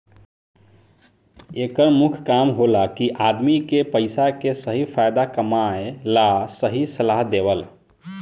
एकर मुख्य काम होला कि आदमी के पइसा के सही फायदा कमाए ला सही सलाह देवल